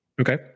Okay